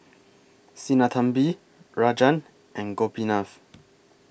Sinnathamby Rajan and Gopinath